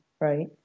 right